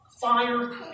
fire